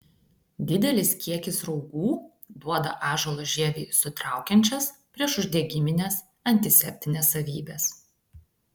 didelis kiekis raugų duoda ąžuolo žievei sutraukiančias priešuždegimines antiseptines savybes